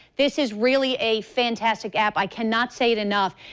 this is really a fantastic app. i cannot say it enough.